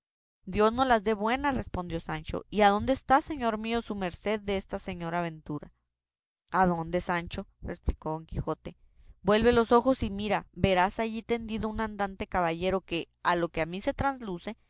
dios nos la dé buena respondió sancho y adónde está señor mío su merced de esa señora aventura adónde sancho replicó don quijote vuelve los ojos y mira y verás allí tendido un andante caballero que a lo que a mí se me trasluce